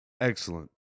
Excellent